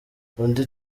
undi